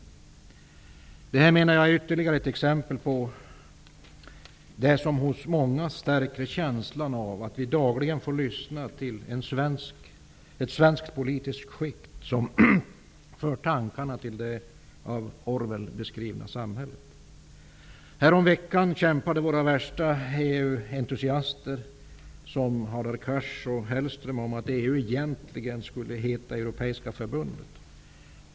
Jag menar att det är ytterligare exempel på det som hos många stärker känslan av att vi dagligen får lyssna till ett svenskt politiskt skikt som för tankarna till det av Orwell beskrivna samhället. Häromveckan kämpade våra värsta EU entusiaster, som Hadar Cars och Mats Hellström, om att EU egentligen skulle heta Europeiska förbundet.